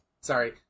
Sorry